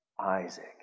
Isaac